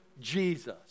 Jesus